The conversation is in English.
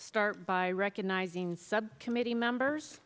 start by recognizing subcommittee members